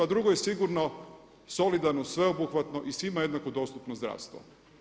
A drugo, je sigurno, solidarno, sveobuhvatno i svima jednako dostupno zdravstvo.